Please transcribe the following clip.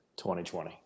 2020